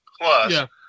Plus